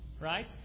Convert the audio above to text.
right